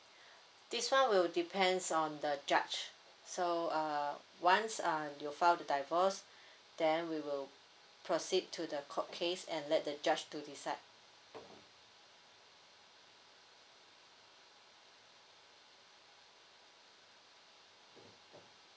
this one will depends on the judge so uh once uh you file the divorce then we will proceed to the court case and let the judge to decide